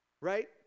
right